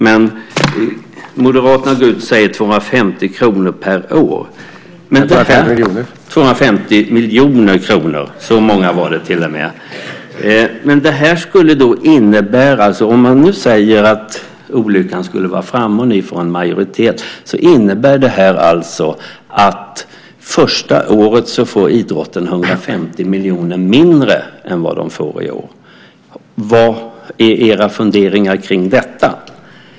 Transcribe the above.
Men Moderaterna går ut och säger 250 miljoner kronor per år. Om olyckan skulle vara framme och ni får en majoritet innebär det här att idrotten första året får 150 miljoner mindre än vad den får i år. Vilka är era funderingar kring detta?